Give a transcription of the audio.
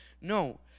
No